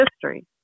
history